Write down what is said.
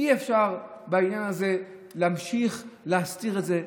אי-אפשר בעניין הזה להמשיך להסתיר את זה,